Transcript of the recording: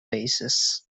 basis